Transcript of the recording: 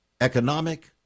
economic